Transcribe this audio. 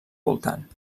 voltant